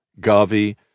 Gavi